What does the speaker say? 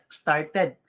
started